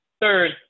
Third